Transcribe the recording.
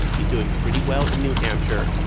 he's doing pretty well in new hampshire.